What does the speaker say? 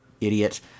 idiot